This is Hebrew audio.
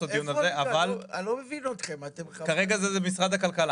אני לא מבין אתכם --- כרגע זה באחריות משרד הכלכלה.